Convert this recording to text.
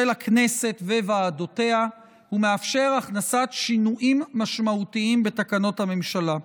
הכנסת וועדותיה ומאפשר הכנסת שינויים משמעותיים בתקנות הממשלה.